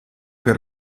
per